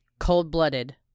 cold-blooded